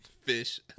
fish